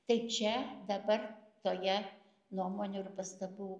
tai čia dabar toje nuomonių ir pastabų